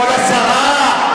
כבוד השרה,